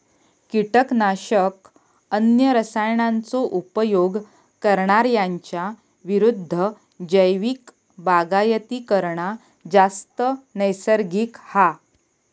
किटकनाशक, अन्य रसायनांचो उपयोग करणार्यांच्या विरुद्ध जैविक बागायती करना जास्त नैसर्गिक हा